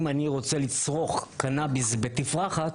אם אני רוצה לצרוך קנביס בתפרחת,